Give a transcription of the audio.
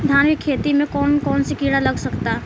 धान के खेती में कौन कौन से किड़ा लग सकता?